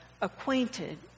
acquainted